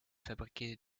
fabriqué